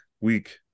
week